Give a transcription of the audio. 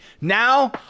Now